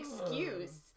excuse